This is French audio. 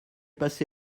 passé